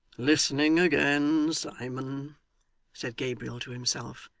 listening again, simon said gabriel to himself.